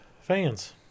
Fans